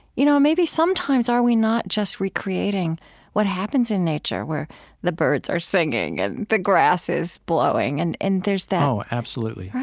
you know maybe sometimes are we not just recreating what happens in nature where the birds are singing and the grass is blowing, and and there's that, oh, absolutely.